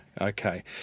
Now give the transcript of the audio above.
Okay